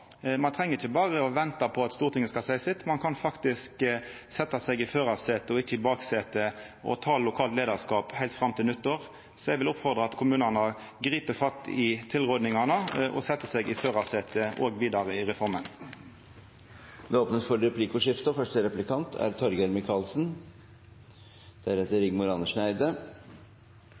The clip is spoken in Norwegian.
Ein treng ikkje berre å venta på at Stortinget skal seia sitt, ein kan faktisk setja seg i førarsetet og ikkje i baksetet og ta lokalt leiarskap heilt fram til nyttår. Så eg vil oppmoda til at kommunane grip fatt i tilrådingane og set seg i førarsetet òg vidare i reforma. Det blir replikkordskifte.